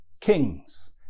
kings